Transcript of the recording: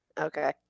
Okay